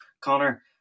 Connor